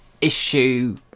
issue